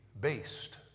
based